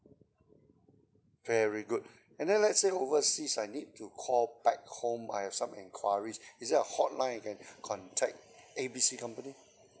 very good and then let's say overseas I need to call back home I have some enquiries is there a hotline I can contact A B C company